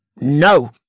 No